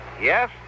Yes